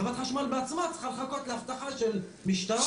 חברת חשמל בעצמה צריכה לחכות לאבטחה של משטרה,